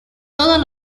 todos